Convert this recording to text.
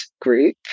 group